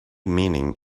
meaning